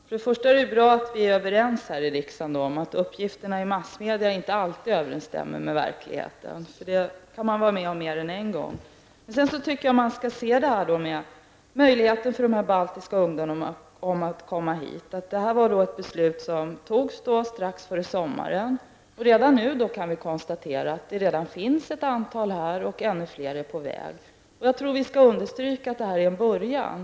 Herr talman! Det är bra att vi här i riksdagen är överens om att uppgifterna i massmedia inte alltid överensstämmer med verkligheten. Det kan man få uppleva mer än en gång. Beslutet om att ge de baltiska ungdomarna möjlighet att komma hit fattades strax före sommaren. Redan nu kan vi konstatera att det finns ett antal baltiska ungdomar här och att ännu fler är på väg. Jag tror att vi skall understryka att detta är en början.